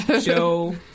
Joe